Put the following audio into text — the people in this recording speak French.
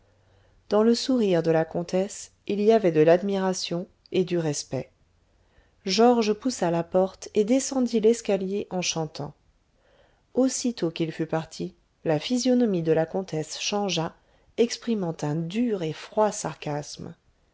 dans le sourire de la comtesse il y avait de l'admiration et du respect georges poussa la porte et descendit l'escalier en chantant aussitôt qu'il fut parti la physionomie de la comtesse changea exprimant un dur et froid sarcasme